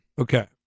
Okay